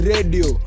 Radio